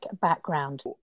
background